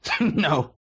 No